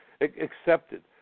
accepted